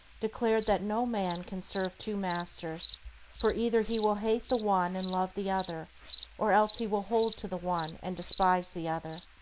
declared that no man can serve two masters for either he will hate the one and love the other or else he will hold to the one, and despise the other.